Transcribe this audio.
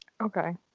okay